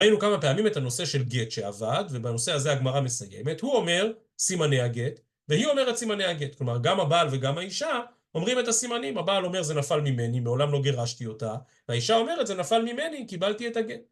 ראינו כמה פעמים את הנושא של גט שעבד, ובנושא הזה הגמרא מסיימת. הוא אומר סימני הגט, והיא אומרת סימני הגט. כלומר, גם הבעל וגם האישה אומרים את הסימנים. הבעל אומר, זה נפל ממני, מעולם לא גירשתי אותה. והאישה אומרת, זה נפל ממני, קיבלתי את הגט.